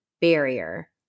barrier